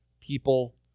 people